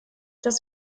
das